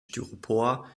styropor